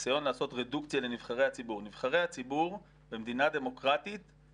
הניסיון לעשות רדוקציה לנבחרי הציבור - נבחרי הציבור במדינה דמוקרטית,